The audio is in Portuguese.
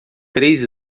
três